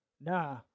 Nah